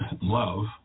Love